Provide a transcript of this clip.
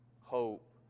hope